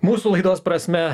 mūsų laidos prasme